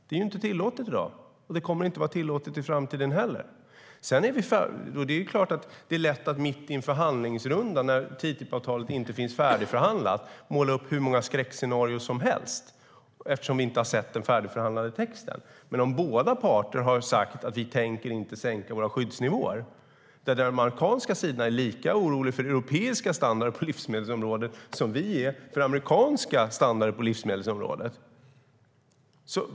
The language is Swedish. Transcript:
Det är inte tillåtet i dag, och det kommer inte heller att vara tillåtet i framtiden. Det är klart att det är lätt att mitt i en förhandlingsrunda, när TTIP-avtalet inte finns färdigförhandlat och vi inte har sett den färdigförhandlade texten, måla upp hur många skräckscenarier som helst. Men båda parter har sagt att vi inte tänker sänka våra skyddsnivåer. Från den amerikanska sidan är man lika orolig för europeiska standarder på livsmedelsområdet som vi är för amerikanska standarder på livsmedelsområdet.